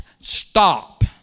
stop